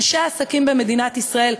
אנשי העסקים במדינת ישראל,